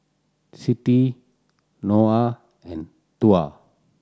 Siti Noah and Tuah